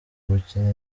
gukina